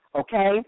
okay